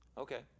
okay